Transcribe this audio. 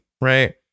right